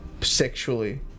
Sexually